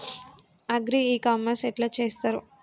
Agri e commerce ఎట్ల చేస్తరు?